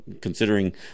considering